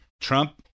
Trump